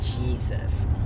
Jesus